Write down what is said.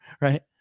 right